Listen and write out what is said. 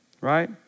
Right